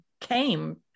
came